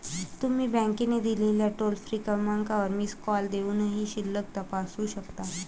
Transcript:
तुम्ही बँकेने दिलेल्या टोल फ्री क्रमांकावर मिस कॉल देऊनही शिल्लक तपासू शकता